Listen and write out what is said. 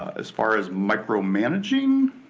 as far as micromanaging?